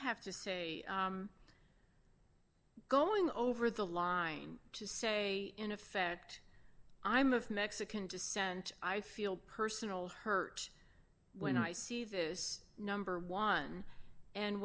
have to say going over the line to say in effect i'm of mexican descent i feel personal hurt when i see this number one and